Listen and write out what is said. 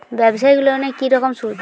ব্যবসায়িক লোনে কি রকম সুদ?